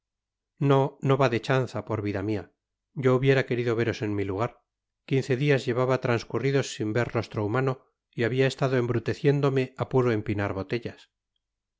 n rino no va de chanza por vida mia i yo hubiera querido veros en mi tugar i quince dias llevaba transcurridos sin ver rostro humano y habia estado embruteciéndome á puro empinar botellas